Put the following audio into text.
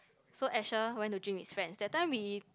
so Asher went to drink with friends that time we